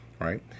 right